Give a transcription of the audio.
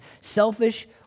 Selfish